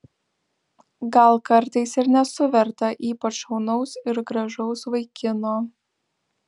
gal kartais ir nesu verta ypač šaunaus ir gražaus vaikino